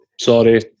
Sorry